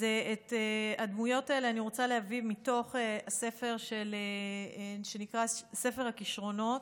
אז את הדמויות האלה אני רוצה להביא מתוך הספר שנקרא "ספר הכישרונות",